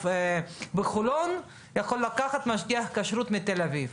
סניף של יינות ביתן עכשיו בחולון יכול לקחת משגיח כשרות מתל אביב,